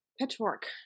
pitchfork